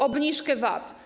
Obniżkę VAT.